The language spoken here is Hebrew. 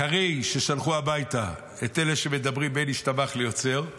אחרי ששלחו הביתה את אלה שמדברים בין "ישתבח" ל"יוצר",